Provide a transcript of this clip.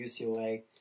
UCLA